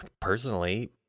personally